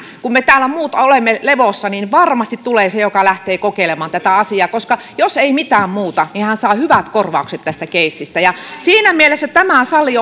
kun me täällä muut olemme levossa tulee se joka lähtee kokeilemaan tätä asiaa koska jos ei mitään muuta niin hyvät korvaukset hän saa tästä keissistä siinä mielessä tämä sali